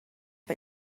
but